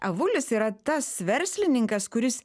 avulis yra tas verslininkas kuris